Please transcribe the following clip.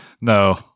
No